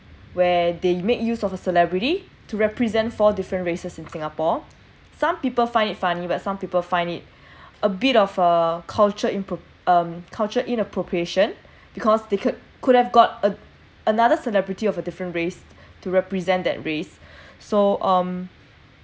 where they make use of a celebrity to represent four different races in singapore some people find it funny but some people find it a bit of uh culture inpro~ um culture inappropriation because they could could have got a another celebrity of a different race to represent that race so um